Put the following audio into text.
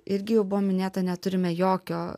irgi jau buvo minėta neturime jokio